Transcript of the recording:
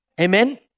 Amen